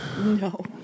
No